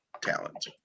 talent